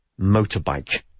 motorbike